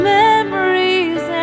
memories